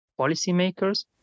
policymakers